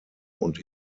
und